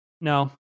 no